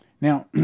Now